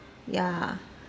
ya